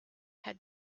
had